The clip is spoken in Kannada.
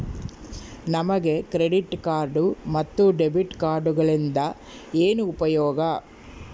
ನಮಗೆ ಕ್ರೆಡಿಟ್ ಕಾರ್ಡ್ ಮತ್ತು ಡೆಬಿಟ್ ಕಾರ್ಡುಗಳಿಂದ ಏನು ಉಪಯೋಗ?